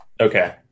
Okay